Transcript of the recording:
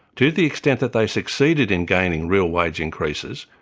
to the extent that they succeeded in gaining real wage increases,